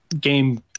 game